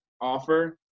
offer